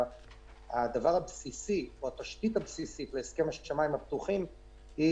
הדבר הבסיסי או התשתית הבסיסית להסכם השמיים הפתוחים זה